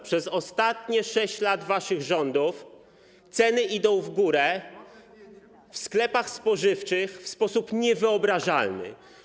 Przez ostatnie 6 lat waszych rządów ceny idą w górę, w sklepach spożywczych w sposób niewyobrażalny.